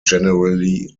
generally